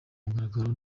mugaragaro